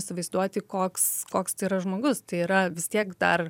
įsivaizduoti koks koks tai yra žmogus tai yra vis tiek dar